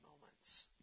moments